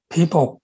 People